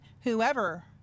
whoever